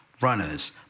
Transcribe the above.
runners